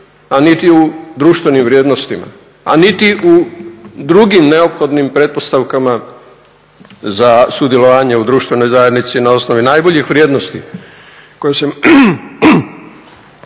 a niti u društvenim vrijednostima a niti u drugim neophodnim pretpostavkama za sudjelovanje u društvenoj zajednici na osnovi najboljih vrijednosti koje se